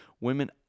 women